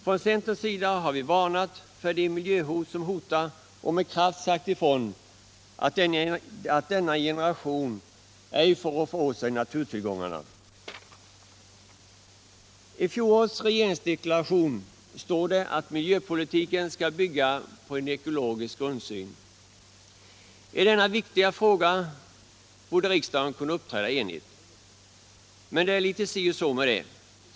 Från centerns sida har vi varnat för miljöhotet och med kraft sagt ifrån att denna generation ej får roffa åt sig naturtillgångarna. I fjolårets regeringsdeklaration står det att miljöpolitiken skall bygga på en ekologisk grundsyn. I denna viktiga fråga borde riksdagen kunna uppträda enigt. Men det är litet så och så med det.